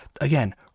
again